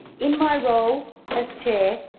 in my role as chair,